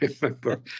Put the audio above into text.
remember